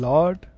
Lord